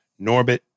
Norbit